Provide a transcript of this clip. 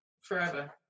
forever